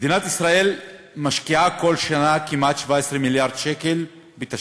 מדינת ישראל משקיעה בכל שנה כמעט 17 מיליארד שקל בתשתיות,